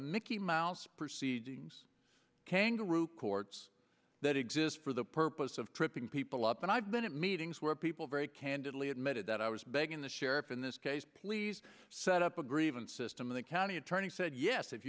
mickey mouse proceedings kangaroo courts that exist for the purpose of tripping people up and i've been at meetings where p well very candidly admitted that i was begging the sheriff in this case please set up a grievance system of the county attorney said yes if